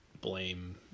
blame